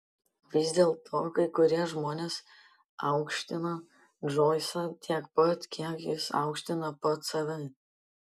vis dėlto kai kurie žmonės aukštino džoisą tiek pat kiek jis aukštino pats save